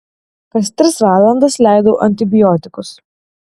kas tris valandas leidau antibiotikus